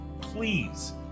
please